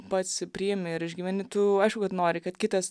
pats priimi ir išgyveni tu aišku kad nori kad kitas